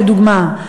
כדוגמה?